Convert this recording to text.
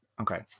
Okay